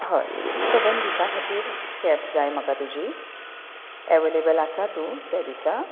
हय सबंद दिसा खातीर कॅब जाय म्हाका तुजी अवैलबल आसा तूं त्या दिसा